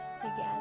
together